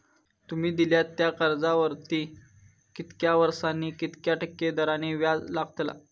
तुमि दिल्यात त्या कर्जावरती कितक्या वर्सानी कितक्या टक्के दराने व्याज लागतला?